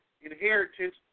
inheritance